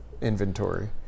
inventory